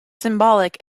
symbolic